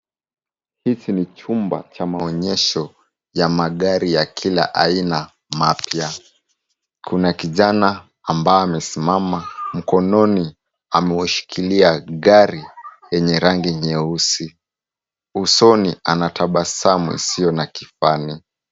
Hichi ni chumba cha maonyesho ya magari ya kila aina mapya. Kuna kijana ambaye amesimama, mkononi amewashikilia gari yenye rangi nyeusi. Usoni anatabasamu isiyo na kifani.